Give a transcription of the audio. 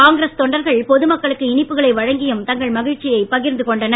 காங்கிரஸ் தொண்டர்கள் பொதுமக்களுக்கு இனிப்புகளை வழங்கியும் தங்கள் மகிழ்ச்சியை பகிர்ந்து கொண்டனர்